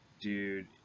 dude